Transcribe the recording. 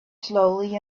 slowly